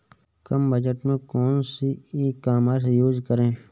कम budget में कौन सी ई कॉमर्स यूज़ करें?